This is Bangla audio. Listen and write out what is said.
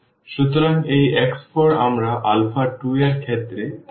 সুতরাং এই x4 আমরা আলফা 2 এর ক্ষেত্রে লিখতে পারি